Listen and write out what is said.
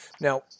Now